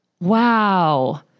Wow